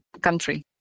country